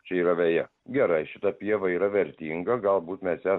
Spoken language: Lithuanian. čia yra veja gerai šita pieva yra vertinga galbūt mes ją